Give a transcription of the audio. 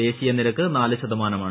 ദേശീയനിരക്ക് നാല് ശതമാനമാണ്